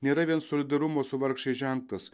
nėra vien solidarumo su vargšais ženklas